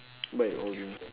bike or the